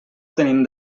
tenim